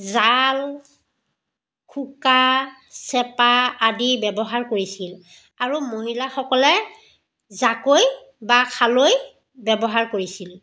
জাল খোকা চেপা আদি ব্যৱহাৰ কৰিছিল আৰু মহিলাসকলে জাকৈ বা খালৈ ব্যৱহাৰ কৰিছিল